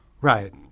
Right